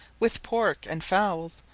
with pork and fowls,